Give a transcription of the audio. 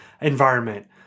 environment